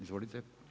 Izvolite.